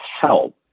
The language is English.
help